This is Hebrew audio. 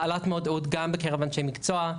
העלאת מודעות גם בקרב אנשי מקצוע,